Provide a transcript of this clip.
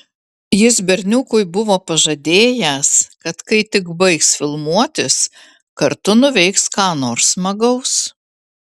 jis berniukui buvo pažadėjęs kad kai tik baigs filmuotis kartu nuveiks ką nors smagaus